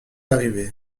arrivé